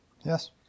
Yes